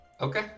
okay